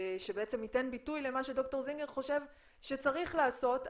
שבעצם ייתן ביטוי למה שד"ר זינגר חושב שצריך לעשות,